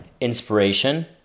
inspiration